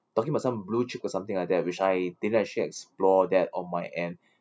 talking about some blue chip or something like that which I didn't actually explore that on my end